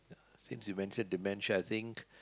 since you mention dementia I think